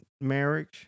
marriage